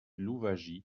louwagie